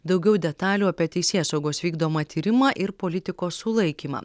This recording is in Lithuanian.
daugiau detalių apie teisėsaugos vykdomą tyrimą ir politiko sulaikymą